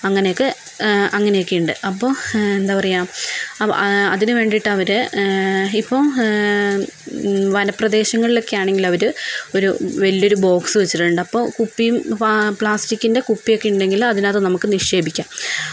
അങ്ങനെയൊക്കെ അങ്ങനെയൊക്കെ ഉണ്ട് അപ്പോൾ എന്താ പറയുക അതിനുവേണ്ടിയിട്ടവര് ഇപ്പോൾ വനപ്രദേശങ്ങളിലോക്കെയാണെങ്കിൽ അവര് ഒരു വലിയൊരു ബോക്സ് വച്ചിട്ടുണ്ട് അപ്പോൾ കുപ്പിയും പ്ലാസ്റ്റിക്കിൻറ്റെ കുപ്പിയൊക്കെ ഉണ്ടെങ്കില് അതിനകത്ത് നമുക്ക് നിക്ഷേപിക്കാം